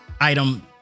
item